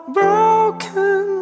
broken